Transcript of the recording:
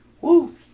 Woo